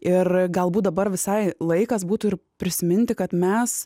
ir galbūt dabar visai laikas būtų prisiminti kad mes